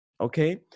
okay